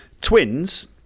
twins